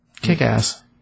Kick-ass